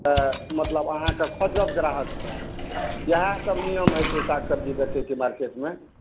तऽ मतलब अहाँके खोजत ग्राहक सब इएह सब नियम होइ छै साग सब्जी बेचयके मार्केटमे